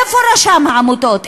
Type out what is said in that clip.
איפה רשם העמותות?